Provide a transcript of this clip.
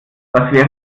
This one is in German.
was